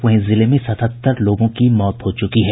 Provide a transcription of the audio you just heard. वहीं जिले में सतहत्तर लोगों की मौत हो चुकी है